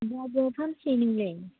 बहा बहा फानसोयो नोंलाय